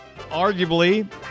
Arguably